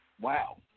Wow